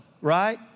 right